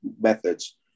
methods